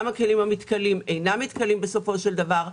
גם הכלים המתכלים אינם מתכלים בסופו של דבר.